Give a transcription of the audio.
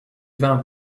vin